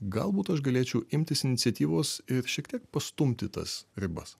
galbūt aš galėčiau imtis iniciatyvos ir šiek tiek pastumti tas ribas